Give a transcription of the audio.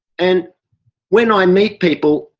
and when i meet people,